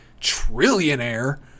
trillionaire